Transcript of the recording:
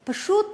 פשוט,